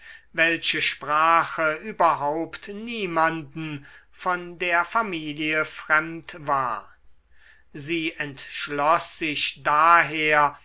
welche sprache überhaupt niemanden von der familie fremd war sie entschloß sich daher